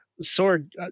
Sword